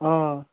آ